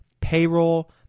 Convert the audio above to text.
payroll